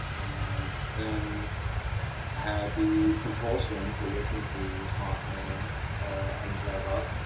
and then i had the compulsion to listen to mothman on the drive up.